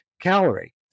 calorie